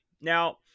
Now